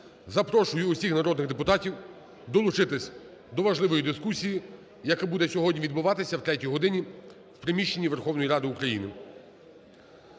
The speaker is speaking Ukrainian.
Запрошую усіх народних депутатів долучитись до важливої дискусії, яка буде сьогодні відбуватися о третій годині в приміщенні Верховної Ради України.